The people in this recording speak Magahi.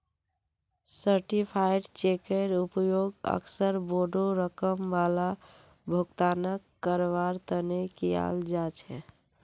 सर्टीफाइड चेकेर उपयोग अक्सर बोडो रकम वाला भुगतानक करवार तने कियाल जा छे